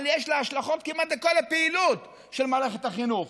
אבל יש לה השלכות כמעט על כל הפעילות של מערכת החינוך,